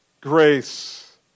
Grace